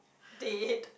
dead